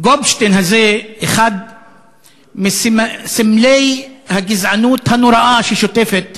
גופשטיין הזה, אחד מסמלי הגזענות הנוראה ששוטפת